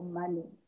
money